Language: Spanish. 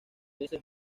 ese